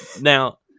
Now